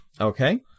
okay